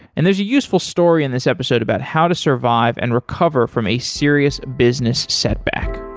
and there's a useful story in this episode about how to survive and recover from a serious business setback.